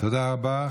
תודה רבה.